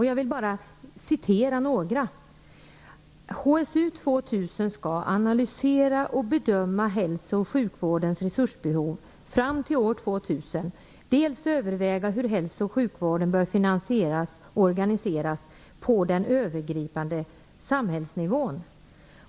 Jag vill återge några av direktiven: HSU 2000 ska analysera och bedöma hälso och sjukvårdens resursbehov fram till år 2000, överväga hur hälso och sjukvården bör finansieras och organiseras på den övergripande samhällsnivån.